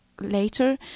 later